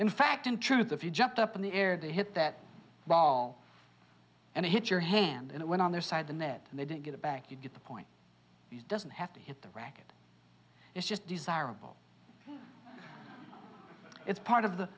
in fact in truth of you jumped up in the air they hit that ball and hit your hand it went on their side the net and they didn't get it back you get the point it doesn't have to hit the racket it's just desirable it's part of the